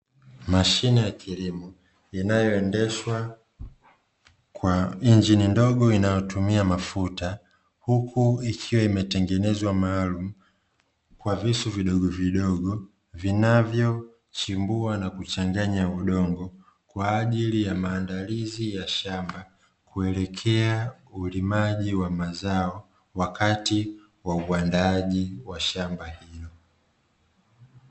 Mashine ya kilimo inayoendeshwa kwa injini ndogo inayotumia mafuta, huku ikiwa imetengenezwa maalumu kwa visu vidogovidogo vinavyochimbua na kuchanganya udongo kwa ajili ya maandalizi ya shamba, kuelekea ulimaji wa mazao wakati wa uandaaji wa shamba hilo.